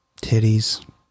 Titties